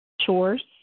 chores